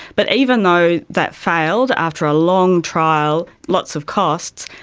but even though that failed after a long trial, lots of costs,